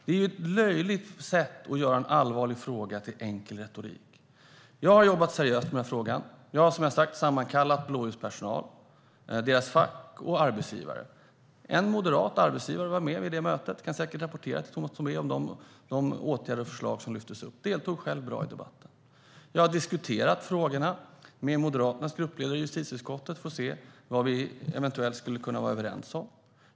Det är ett löjligt sätt att göra en allvarlig fråga till enkel retorik. Jag har jobbat seriöst med frågan. Som jag har sagt har jag sammankallat blåljuspersonal, deras fack och arbetsgivare. En moderat arbetsgivare var med vid det mötet och deltog själv i debatten. Den arbetsgivaren kan säkert rapportera till Tomas Tobé om de åtgärder och förslag som lyftes fram. Jag har diskuterat frågorna med Moderaternas gruppledare i justitieutskottet för att se vad vi eventuellt skulle kunna vara överens om.